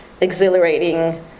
exhilarating